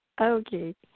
Okay